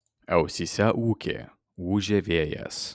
ausyse ūkė ūžė vėjas